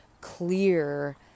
clear